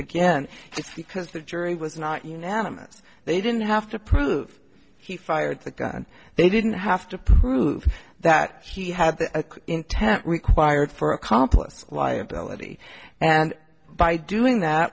again because the jury was not unanimous they didn't have to prove he fired the gun they didn't have to prove that he had the intent required for accomplice liability and by doing that